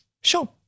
Sure